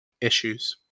issues